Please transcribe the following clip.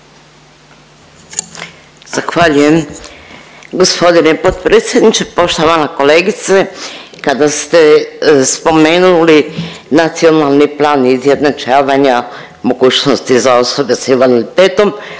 Zahvaljujem. Gospodine potpredsjedniče, poštovana kolegice. Kada ste spomenuli Nacionalni plan izjednačavanja mogućnosti za osobe s invaliditetom